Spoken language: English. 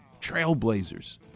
Trailblazers